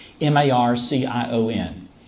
M-A-R-C-I-O-N